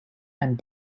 and